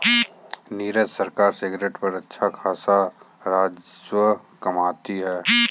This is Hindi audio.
नीरज सरकार सिगरेट पर अच्छा खासा राजस्व कमाती है